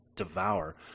Devour